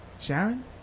Sharon